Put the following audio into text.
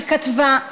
שכתבה,